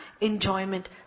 enjoyment